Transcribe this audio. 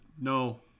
no